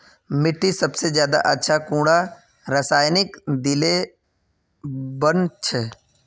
मिट्टी सबसे ज्यादा अच्छा कुंडा रासायनिक दिले बन छै?